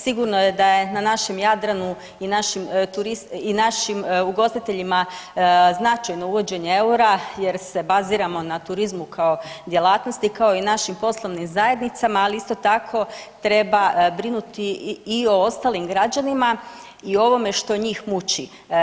Sigurno je da je na našem Jadranu i našim turist i našim ugostiteljima značajno uvođenje eura jer se baziramo na turizmu kao djelatnosti, kao i našim poslovnim zajednicama, ali isto tako treba brinuti i o ostalim građanima i o ovome što njih muči.